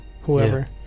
whoever